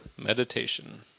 Meditation